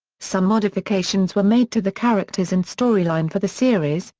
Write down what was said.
some modifications were made to the characters and story line for the series,